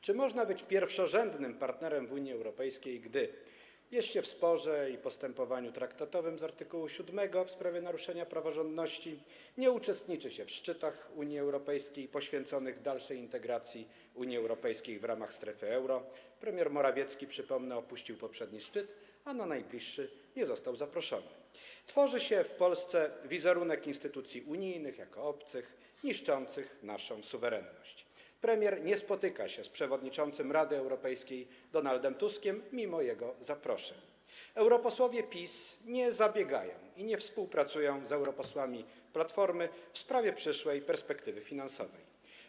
Czy można być pierwszorzędnym partnerem w Unii Europejskiej, gdy jest się w sporze i trwa postępowanie traktatowe z art. 7 w sprawie naruszenia praworządności, nie uczestniczy się w szczytach Unii Europejskiej poświęconych dalszej integracji Unii Europejskiej w ramach strefy euro - premier Morawiecki, przypomnę, opuścił poprzedni szczyt, a na najbliższy nie został zaproszony - w Polsce tworzy się wizerunek instytucji unijnych jako obcych, niszczących naszą suwerenność, premier nie spotyka się z przewodniczącym Rady Europejskiej Donaldem Tuskiem mimo jego zaproszeń, europosłowie PiS nie zabiegają, nie współpracują z europosłami Platformy w sprawie przyszłej perspektywy finansowej?